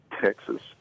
Texas